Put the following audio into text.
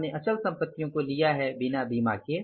हमने अचल संपत्तियों को लिया है बिना बीमा के